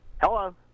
Hello